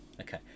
Okay